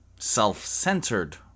self-centered